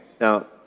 Now